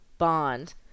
bond